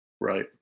Right